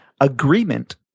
agreement